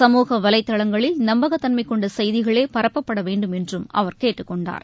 சமூக வலைதளங்களில் நம்பகதன்மை கொண்ட செய்திகளே பரப்பப்பட வேண்டுமென்றும் அவர் கேட்டுக் கொண்டார்